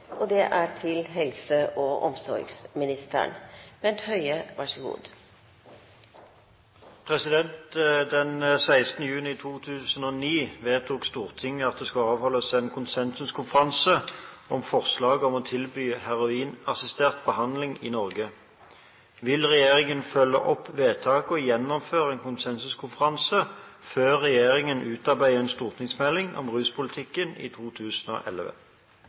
juni 2009 vedtok Stortinget at det skulle avholdes en konsensuskonferanse om forslaget om å tilby heroinassistert behandling i Norge. Vil regjeringen følge opp vedtaket og gjennomføre en konsensuskonferanse før regjeringen utarbeider en stortingsmelding om ruspolitikken i 2011?»